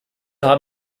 haben